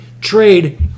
Trade